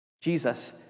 Jesus